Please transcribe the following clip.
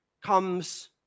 comes